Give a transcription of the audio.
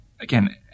Again